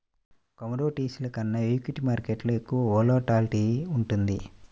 కమోడిటీస్లో కన్నా ఈక్విటీ మార్కెట్టులో ఎక్కువ వోలటాలిటీ ఉంటుంది